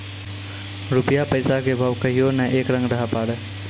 रूपया पैसा के भाव कहियो नै एक रंग रहै पारै